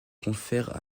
confèrent